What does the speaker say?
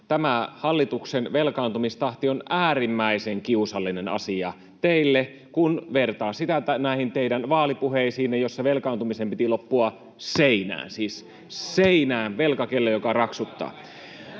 tämä hallituksen velkaantumistahti on äärimmäisen kiusallinen asia teille, kun vertaa sitä näihin teidän vaalipuheisiinne, joissa velkaantumisen piti loppua seinään — siis seinään — velkakellon, joka raksuttaa.